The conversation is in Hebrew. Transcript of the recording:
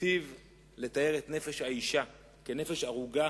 היטיב לתאר את נפש האשה כנפש ארוגה